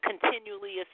continually